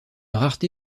rareté